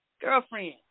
Girlfriend